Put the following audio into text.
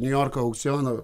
niujorko aukcionų